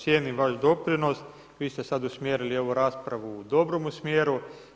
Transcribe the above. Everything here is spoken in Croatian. Cijenim vaš doprinos, vi ste sad usmjerili ovu raspravu u dobrome smjeru.